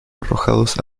arrojados